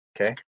okay